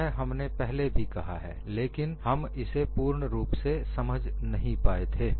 यह हमने पहले भी कहा है लेकिन हम इसे पूर्ण रूप से समझ नहीं पाए थे